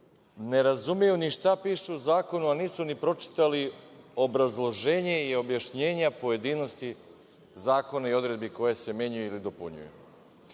Ne razumeju ni šta piše u zakonu, a nisu ni pročitali obrazloženja i objašnjenja pojedinosti zakona i odredbi koje se menjaju ili dopunjuju. Nekima